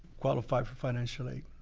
qualify for financial aid.